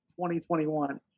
2021